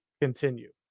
continue